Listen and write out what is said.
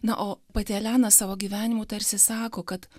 na o pati elena savo gyvenimu tarsi sako kad